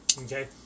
Okay